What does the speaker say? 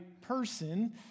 person